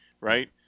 right